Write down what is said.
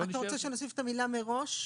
אתה רוצה שנוסיף את המילה "מראש",